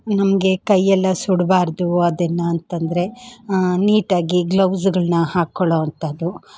ನಮಗೆ ಕೈಯೆಲ್ಲ ಸುಡ್ಬಾರ್ದು ಅದನ್ನು ಅಂತಂದರೆ ನೀಟಾಗಿ ಗ್ಲೌಸುಗಳನ್ನ ಹಾಕ್ಕೊಳ್ಳೋ ಅಂಥದ್ದು